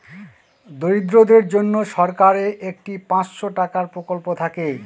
দরিদ্রদের জন্য সরকারের একটি পাঁচশো টাকার প্রকল্প থাকে